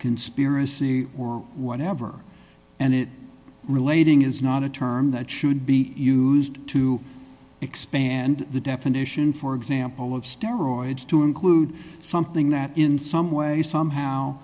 conspiracy or whatever and it relating is not a term that should be used to expand the definition for example of steroids to include something that in some way somehow